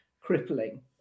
crippling